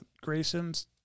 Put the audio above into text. Grayson's